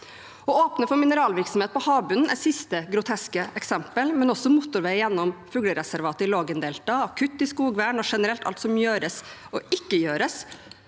Å åpne for mineralvirksomhet på havbunnen er siste groteske eksempel. Motorvei gjennom fuglereservatet i Lågendeltaet, kutt i skogvern og generelt alt som gjøres og ikke gjøres